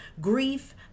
grief